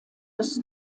des